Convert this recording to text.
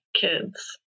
kids